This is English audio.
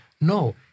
No